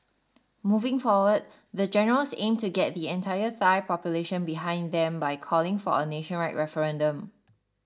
moving forward the generals aim to get the entire Thai population behind them by calling for a nationwide referendum